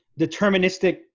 deterministic